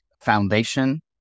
foundation